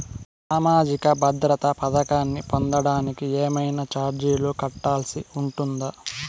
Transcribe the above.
సామాజిక భద్రత పథకాన్ని పొందడానికి ఏవైనా చార్జీలు కట్టాల్సి ఉంటుందా?